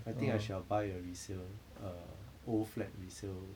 I think I shall buy a resale err old flat resale